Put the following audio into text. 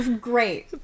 Great